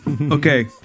Okay